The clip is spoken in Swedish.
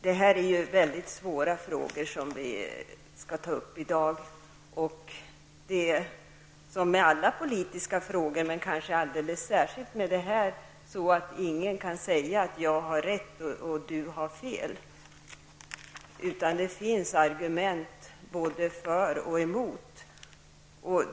Det är mycket svåra frågor som vi skall ta upp i dag. Det är så med alla politiska frågor, men kanske alldeles särskilt med denna, att ingen kan säga att jag har rätt och du har fel, utan det finns argument både för och emot.